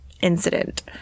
Incident